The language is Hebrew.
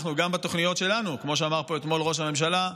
גם בתוכניות שלנו, כמו שאמר פה אתמול ראש הממשלה,